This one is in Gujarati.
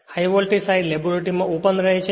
હાઇ વોલ્ટેજ સાઇડ લેબોરેટરીમાં ખરેખર ઓપન રહે છે